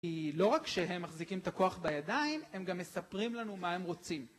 כי לא רק שהם מחזיקים את הכוח בידיים, הם גם מספרים לנו מה הם רוצים.